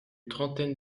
trentaine